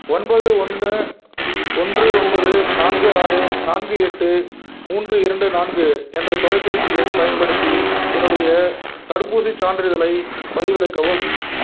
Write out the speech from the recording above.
ஒன்பது ஒன்று ஒன்று ஒன்பது நான்கு ஆறு நான்கு எட்டு மூன்று இரண்டு நான்கு என்ற தொலைபேசி எண் பயன்படுத்தி என்னுடைய தடுப்பூசிச் சான்றிதழைப் பதிவிறக்கவும்